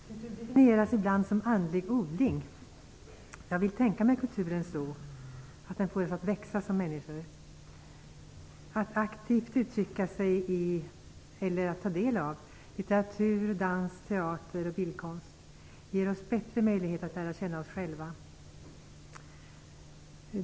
Herr talman! Kultur definieras ibland som andlig odling. Jag vill tänka mig kulturen så, att den får oss att växa som människor. Att aktivt uttrycka sig eller ta del av litteratur, dans, teater och bildkonst ger oss bättre möjlighet att lära känna oss själva.